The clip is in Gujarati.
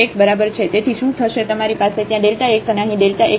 તેથી શું થશે તમારી પાસે ત્યાં Δ x અને અહીં Δ x ²